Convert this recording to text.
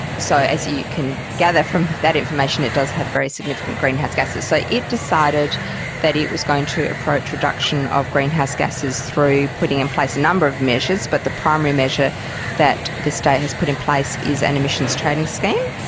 so, as you can gather from that information, it does have very significant greenhouse gases. so it decided that it was going to approach reduction of greenhouse gases through putting in place a number of measures, but the primary measure that the state has put in place is an emissions trading scheme.